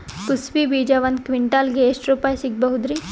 ಕುಸಬಿ ಬೀಜ ಒಂದ್ ಕ್ವಿಂಟಾಲ್ ಗೆ ಎಷ್ಟುರುಪಾಯಿ ಸಿಗಬಹುದುರೀ?